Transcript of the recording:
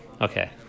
Okay